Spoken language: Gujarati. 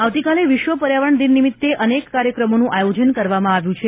વુક્ષ પ્રેમી આવતીકાલે વિશ્વ પર્યાવરણ દિન નિમિત્તે અનેક કાર્યક્રમોનું આયોજન કરવામાં આવ્યું છે